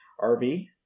RV